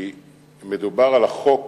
כי מדובר על החוק